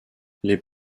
les